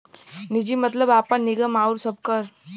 निजी मतलब आपन, निगम आउर सबकर